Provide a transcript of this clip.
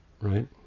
right